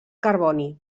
carboni